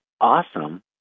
awesome